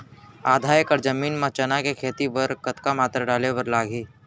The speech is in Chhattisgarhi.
आधा एकड़ जमीन मा चना के खेती बर के कतका मात्रा डाले बर लागही?